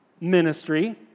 ministry